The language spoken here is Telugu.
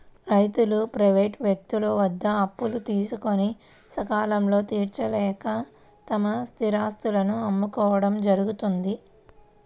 రైతులు ప్రైవేటు వ్యక్తుల వద్ద అప్పులు తీసుకొని సకాలంలో తీర్చలేక తమ స్థిరాస్తులను అమ్ముకోవడం జరుగుతోంది